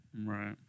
right